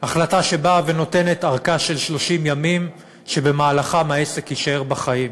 החלטה שהתקבלה ובאה ונותנת ארכה של 30 ימים שבמהלכם העסק יישאר בחיים.